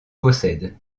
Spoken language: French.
possède